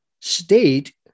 state